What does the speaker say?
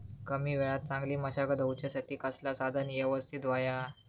कमी वेळात चांगली मशागत होऊच्यासाठी कसला साधन यवस्तित होया?